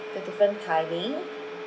the different timing